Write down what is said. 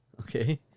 okay